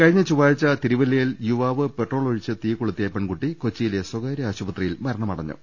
കഴിഞ്ഞ ചൊവ്വാഴ്ച തിരുവല്ലയിൽ യുവാവ് പെട്രോളൊഴിച്ച് തീകൊളുത്തിയ പെൺകുട്ടി കൊച്ചിയിലെ സ്വകാര്യ ആശുപത്രിയിൽ മര ണമടഞ്ഞു